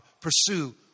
pursue